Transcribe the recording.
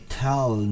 tell